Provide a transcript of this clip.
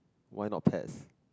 why not pets